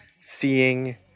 seeing